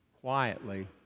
quietly